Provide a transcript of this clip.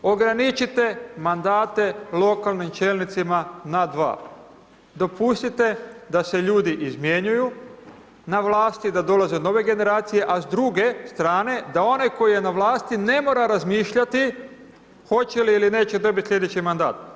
Ograničite mandate lokalnih čelnicima na 2. Dopustite da se ljudi izmjenjuju na vlasti da dolaze nove generacije, a s druge strane da onaj koji je na vlasti ne mora razmišljati hoće li ili neće dobiti sljedeći mandat.